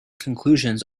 conclusions